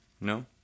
No